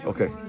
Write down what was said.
Okay